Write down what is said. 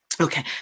Okay